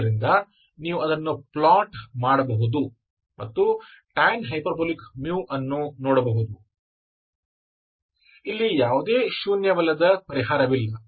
ಆದ್ದರಿಂದ ನೀವು ಅದನ್ನು ಪ್ಲಾಟ್ ಮಾಡಬಹುದು ಮತ್ತು tanh μ ಅನ್ನು ನೋಡಬಹುದು ಇಲ್ಲಿ ಯಾವುದೇ ಶೂನ್ಯವಲ್ಲದ ಪರಿಹಾರವಿಲ್ಲ